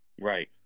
right